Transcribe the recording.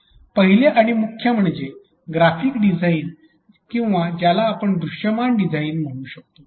पहिले आणि मुख्य म्हणजे ग्राफिक्स डिझाइन किंवा ज्याला आपण दृश्यमान डिझाईन म्हणू शकतो